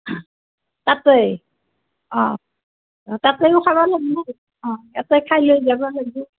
তাতে অঁ তাতেৱো খাব লাগিব অঁ এতে খাই লৈ যাব লাগিব